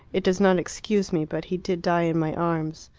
it does not excuse me but he did die in my arms.